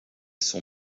son